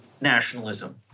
nationalism